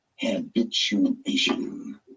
habituation